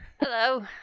Hello